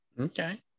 okay